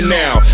now